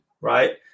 right